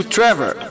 Trevor